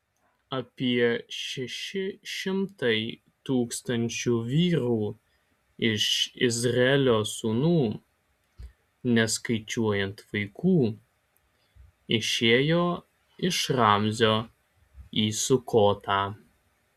apie šeši šimtai tūkstančių vyrų iš izraelio sūnų neskaičiuojant vaikų išėjo iš ramzio į sukotą